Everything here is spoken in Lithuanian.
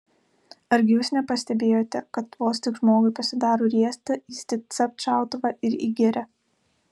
argi jūs nepastebėjote kad vos tik žmogui pasidaro riesta jis tik capt šautuvą ir į girią